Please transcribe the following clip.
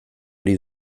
ari